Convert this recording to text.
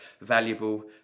valuable